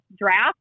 draft